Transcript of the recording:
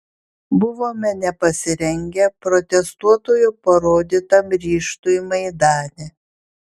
buvome nepasirengę protestuotojų parodytam ryžtui maidane